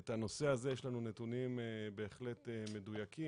בנושא הזה יש לנו נתונים בהחלט מדויקים,